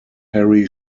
harry